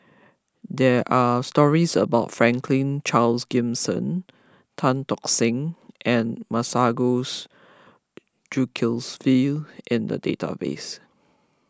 there are stories about Franklin Charles Gimson Tan Tock Seng and Masagos Zulkifli in the database